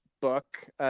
book